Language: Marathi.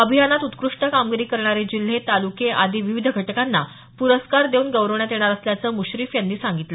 अभियानात उत्क्रष्ट कामगिरी करणारे जिल्हे तालुके आदी विविध घटकांना पुरस्कार देऊन गौरवण्यात येणार असल्याचं मुश्रीफ यांनी सांगितलं